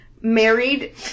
married